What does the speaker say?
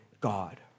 God